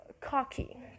cocky